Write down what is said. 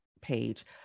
page